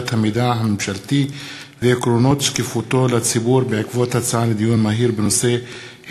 המידע הממשלתי ועקרונות שקיפותו לציבור בעקבות דיון מהיר בהצעתה של חברת